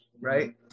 right